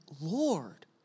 Lord